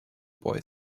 boy